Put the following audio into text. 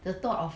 the thought of